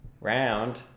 Round